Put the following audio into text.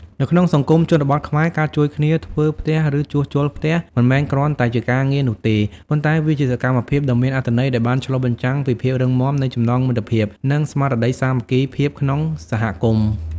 នៅក្នុងសង្គមជនបទខ្មែរ ការជួយគ្នាធ្វើផ្ទះឬជួសជុលផ្ទះមិនមែនគ្រាន់តែជាការងារនោះទេ ប៉ុន្តែវាជាសកម្មភាពដ៏មានអត្ថន័យដែលបានឆ្លុះបញ្ចាំងពីភាពរឹងមាំនៃចំណងមិត្តភាពនិងស្មារតីសាមគ្គីភាពក្នុងសហគមន៍។